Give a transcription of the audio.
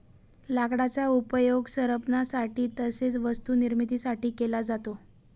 लाकडाचा उपयोग सरपणासाठी तसेच वस्तू निर्मिती साठी केला जातो